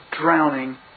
drowning